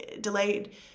delayed